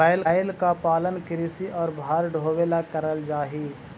बैल का पालन कृषि और भार ढोवे ला करल जा ही